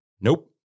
Nope